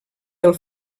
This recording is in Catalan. del